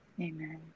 Amen